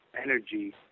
energy